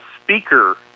speaker